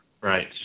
Right